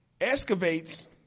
excavates